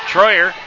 Troyer